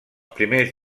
primers